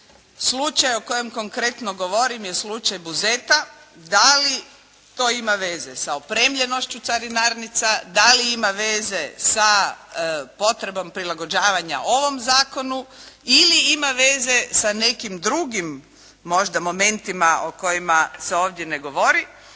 Slučaj o kojem konkretno govorim je slučaj Buzeta. Da li to ima veze sa opremljenošću carinarnica, da li ima veza sa potrebom prilagođavanja ovom zakonu, ili ima veze sa nekim drugim možda momentima o kojima se ovdje ne govori?